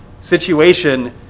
situation